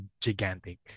gigantic